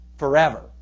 forever